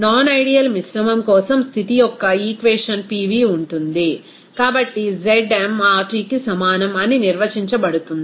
non ideal మిశ్రమం కోసం స్థితి యొక్క ఈక్వేషన్ Pv ఉంటుంది కాబట్టి ZmRTకి సమానం అని నిర్వచించబడుతుంది